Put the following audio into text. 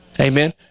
Amen